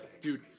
Dude